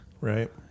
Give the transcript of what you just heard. right